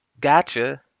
Gotcha